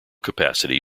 capacity